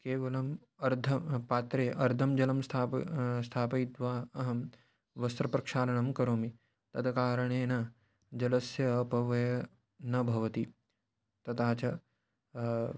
केवलम् अर्ध पात्रे अर्धं जलं स्थाप स्थापयित्वा अहं वस्त्रप्रक्षालनं करोमि तत् कारणेन जलस्य अपव्ययः न भवति तथा च